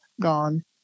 gone